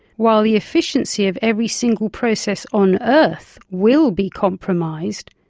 while the efficiency of every single process on earth will be compromised,